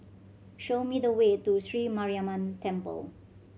show me the way to Sri Mariamman Temple